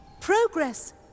Progress